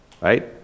right